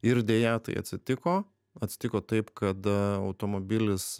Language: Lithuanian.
ir deja tai atsitiko atsitiko taip kad automobilis